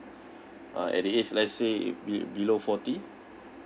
uh at the age let's say uh be below forty